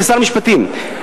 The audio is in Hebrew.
כשר המשפטים,